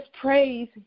praise